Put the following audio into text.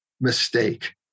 mistake